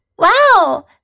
Wow